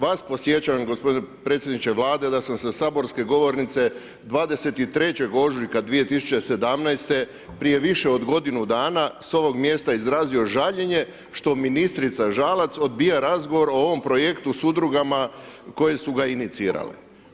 Vas podsjećam gospodine predsjedniče Vlade da sam sa saborske govornice 23. ožujka 2017. prije više od godinu dana sa ovog mjesta izrazio žaljenje što ministrica Žalac odbija razgovor o ovom projektu sa udrugama koje su ga inicirale.